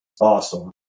awesome